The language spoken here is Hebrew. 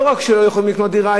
לא רק שלא יוכלו לקנות דירה,